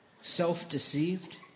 self-deceived